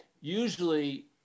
usually